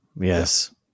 Yes